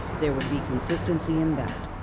there would be consistency in that,